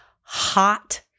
hot